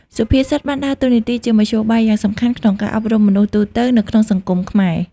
សុភាសិតបានដើរតួនាទីជាមធ្យោបាយយ៉ាងសំខាន់ក្នុងការអប់រំមនុស្សទូទៅនៅក្នុងសង្គមខ្មែរ។